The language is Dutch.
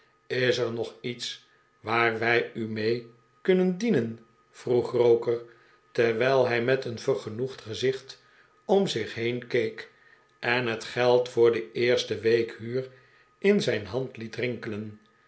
is er nog iets waar wij u mee kunnen dienen vroeg roker terwijl hij met een vergenoegd gezicht om zich heen keek en het geld voor de eerste week huur in zijn hand liet rinkelen